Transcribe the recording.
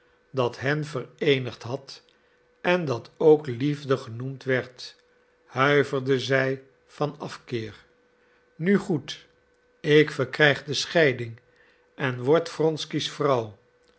dat hen vereenigd had en dat ook liefde genoemd werd huiverde zij van afkeer nu goed ik verkrijg de scheiding en wordt wronsky's vrouw